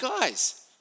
guys